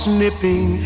nipping